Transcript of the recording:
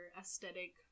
aesthetic